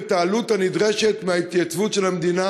את העלות הנדרשת מההתייצבות של המדינה,